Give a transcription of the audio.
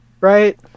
right